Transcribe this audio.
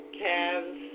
calves